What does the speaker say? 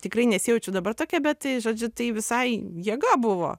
tikrai nesijaučiu dabar tokia bet tai žodžiu tai visai jėga buvo